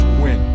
win